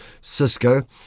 Cisco